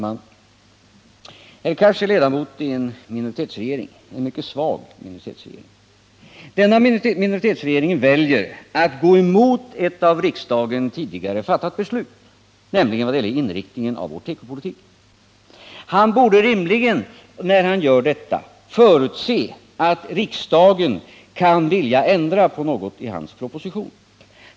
Herr talman! Herr Cars är ledamot av en mycket svag minoritetsregering. Denna minoritetsregering väljer att gå emot ett av riksdagen tidigare fattat beslut, nämligen beslutet om inriktningen av vår tekopolitik. När han gör detta borde han rimligen förutse att riksdagen kan vilja ändra på något i hans proposition.